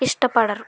ఇష్టపడరు